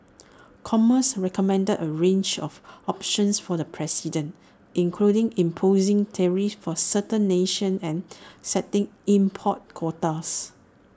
commerce recommended A range of options for the president including imposing tariffs for certain nations and setting import quotas